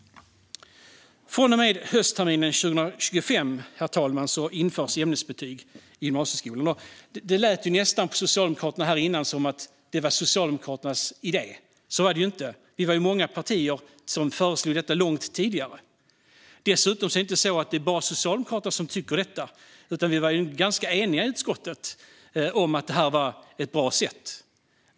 Från och med höstterminen 2025, herr talman, införs ämnesbetyg i gymnasieskolan. Det lät nästan på Socialdemokraterna här tidigare som att det var Socialdemokraternas idé. Så var det inte. Vi var många partier som föreslog detta långt tidigare. Dessutom är det inte så att det bara är socialdemokrater som tycker detta, utan vi var ganska eniga i utskottet om att det var bra.